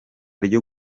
ryo